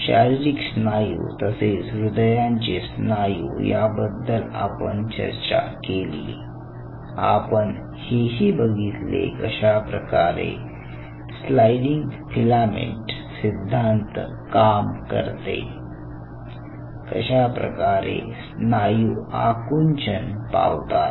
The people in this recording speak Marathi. शारीरिक स्नायू तसेच हृदयाचे स्नायू याबद्दल आपण चर्चा केली आपण हेही बघितले कशाप्रकारे स्लाइडिंग फिलामेंट सिद्धांत काम करते कशाप्रकारे स्नायू आकुंचन पावतात